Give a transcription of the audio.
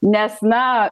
nes na